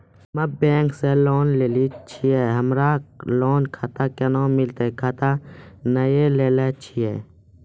हम्मे बैंक से लोन लेली छियै हमरा लोन खाता कैना मिलतै खाता नैय लैलै छियै?